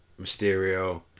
Mysterio